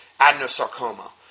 adenosarcoma